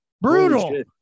Brutal